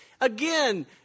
again